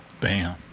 Bam